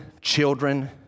children